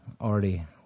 already